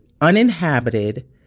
uninhabited